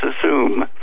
assume